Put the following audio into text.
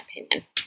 opinion